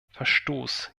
verstoß